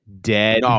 dead